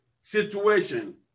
situation